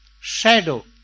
shadow